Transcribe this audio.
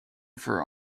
for